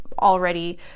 already